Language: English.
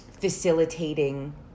facilitating